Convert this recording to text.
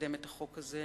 בחוק הזה,